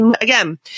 again